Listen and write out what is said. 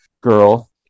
girl